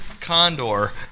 condor